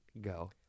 go